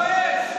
תתבייש.